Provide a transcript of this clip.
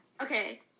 Okay